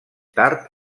tard